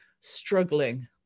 struggling